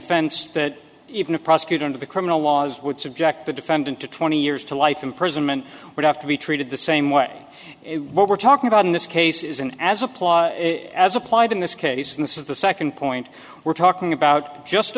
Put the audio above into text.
offense that even a prosecutor under the criminal laws would subject the defendant to twenty years to life imprisonment would have to be treated the same way what we're talking about in this case is an as applied as applied in this case and this is the second point we're talking about just